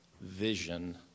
vision